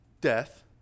death